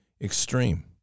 extreme